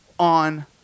On